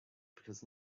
because